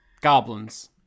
Goblins